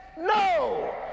No